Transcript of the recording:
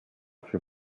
für